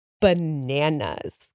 bananas